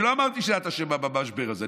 אני לא אמרתי שאת אשמה במשבר הזה,